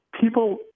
people